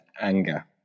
anger